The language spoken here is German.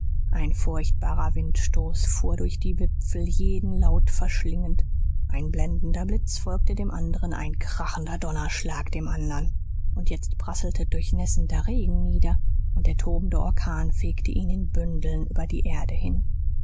ein furchtbarer windstoß fuhr durch die wipfel jeden laut verschlingend ein blendender blitz folgte dem anderen ein krachender donnerschlag dem anderen und jetzt prasselte durchnässender regen nieder und der tobende orkan fegte ihn in bündeln über die erde hin